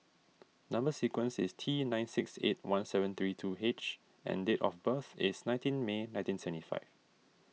Number Sequence is T nine six eight one seven three two H and date of birth is nineteen May nineteen seventy five